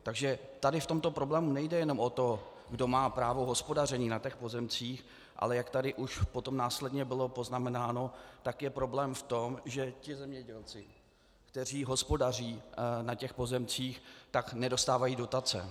Takže tady v tomto problému nejde jenom o to, kdo má právo hospodaření na těch pozemcích, ale jak tady už potom následně bylo poznamenáno, tak je problém v tom, že ti zemědělci, kteří hospodaří na těch pozemcích, nedostávají dotace.